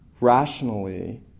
rationally